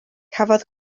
cafodd